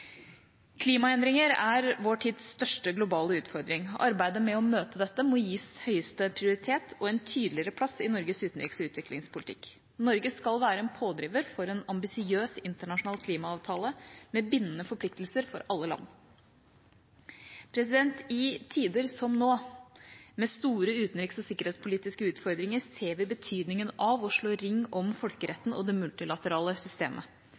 Klimaendringer er vår tids største globale utfordring. Arbeidet med å møte dette må gis høyeste prioritet og en tydeligere plass i Norges utenriks- og utviklingspolitikk. Norge skal være en pådriver for en ambisiøs internasjonal klimaavtale med bindende forpliktelser for alle land. I tider som nå, med store utenriks- og sikkerhetspolitiske utfordringer, ser vi betydningen av å slå ring om folkeretten og det multilaterale systemet.